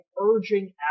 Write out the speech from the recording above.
urging